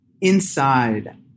Inside